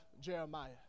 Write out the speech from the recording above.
Jeremiah